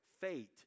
fate